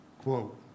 quote